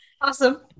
Awesome